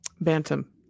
bantam